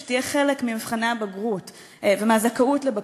שתהיה חלק ממבחני הבגרות ומהזכאות לבגרות.